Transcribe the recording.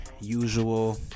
usual